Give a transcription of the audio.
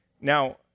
Now